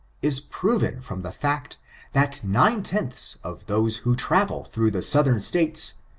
is proven from the fact that nine-tenths of those who travel through the southern states,